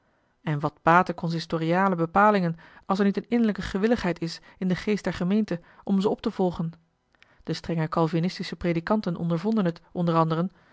en wat baten consistoriale bepalingen als er niet eene innerlijke gewilligheid is in den geest der gemeente om ze op te volgen de strenge calvinistische predikanten ondervonden het onder anderen